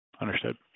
Understood